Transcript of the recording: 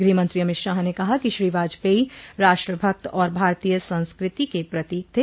गृहमंत्रो अमित शाह ने कहा कि श्री वाजपेयी राष्ट्रभक्त और भारतीय संस्कृति के प्रतीक थे